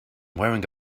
wearing